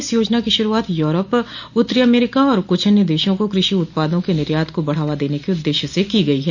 इस योजना की शुरूआत यूरोप उत्तरी अमरीका और कुछ अन्य देशों को कृषि उत्पादों के निर्यात को बढ़ावा देने के उद्देश्य से की गई है